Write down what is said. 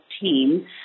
team